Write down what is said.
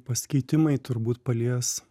pasikeitimai turbūt palies